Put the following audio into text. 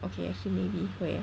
okay actually maybe 会 eh